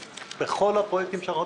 146, ירים את ידו?